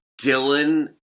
Dylan